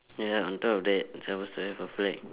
ya on top of that it's suppose to have a flag